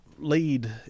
lead